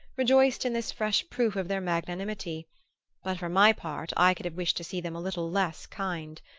rejoiced in this fresh proof of their magnanimity but for my part i could have wished to see them a little less kind.